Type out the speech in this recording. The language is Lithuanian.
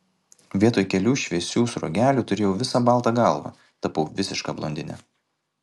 vietoj kelių šviesių sruogelių turėjau visą baltą galvą tapau visiška blondine